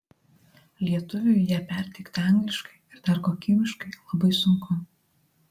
lietuviui ją perteikti angliškai ir dar kokybiškai labai sunku